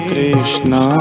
Krishna